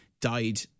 died